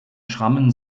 schrammen